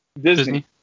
Disney